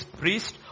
priest